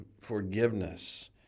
forgiveness